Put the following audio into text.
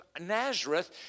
Nazareth